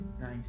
Nice